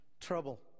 trouble